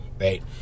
right